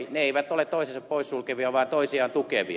ne eivät ole toisensa pois sulkevia vaan toisiaan tukevia